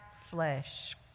flesh